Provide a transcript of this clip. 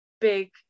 big